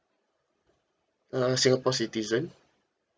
uh singapore citizen